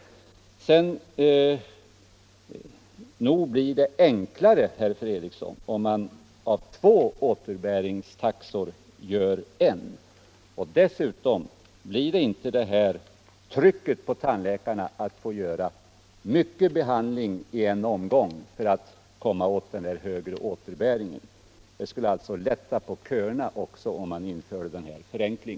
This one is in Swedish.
Nog blir det enklare, herr Fredriksson, om man av två återbäringstaxor gör en. Dessutom blir det inte detta tryck på tandläkarna att göra mycken behandling i en omgång för att man skall få den högre återbäringen. Denna förenkling skulle därför också lätta på köerna.